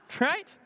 right